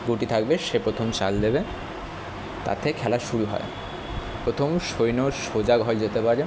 গুটি থাকবে সে প্রথম চাল দেবে তাতে খেলা শুরু হয় প্রথম সৈন্য সোজা ঘর যেতে পারে